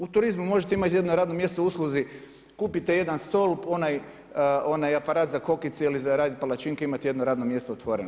U turizmu možete imati jedno radno mjesto u usluzi, kupite jedan stol onaj aparat za kokice ili za raditi palačinke i imate jedno radno mjesto otvoreno.